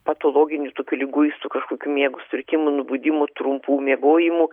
patologinių tokių ligų jis tų kažkokių miego sutrikimų nubudimų trumpų miegojimų